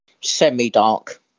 semi-dark